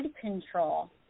control